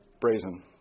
brazen